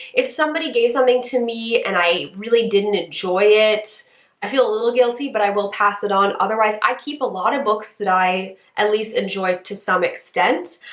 if somebody gave something to me and i really didn't enjoy it i feel a little guilty, but i will pass it on. otherwise, i keep a lot of books that i at least enjoy to some extent,